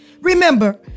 Remember